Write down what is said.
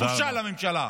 בושה לממשלה.